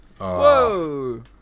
Whoa